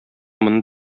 моны